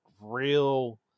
real